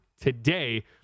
today